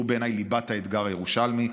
והוא בעיניי ליבת האתגר הירושלמי.